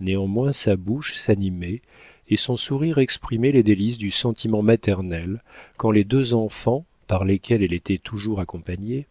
néanmoins sa bouche s'animait et son sourire exprimait les délices du sentiment maternel quand les deux enfants par lesquels elle était toujours accompagnée